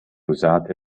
usate